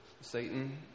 Satan